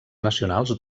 nacionals